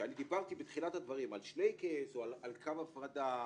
כשדיברתי בתחילת הדברים על שלייקעס או על קו הפרדה